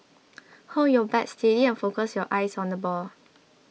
hold your bat steady and focus your eyes on the ball